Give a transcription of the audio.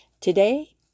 Today